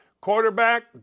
Quarterback